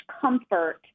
comfort